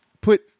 put